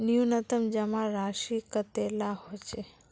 न्यूनतम जमा राशि कतेला होचे?